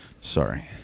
Sorry